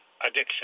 addiction